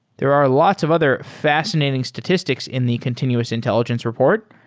there are lots of other fascinating statistics in the continuous intelligence report,